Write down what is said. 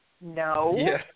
No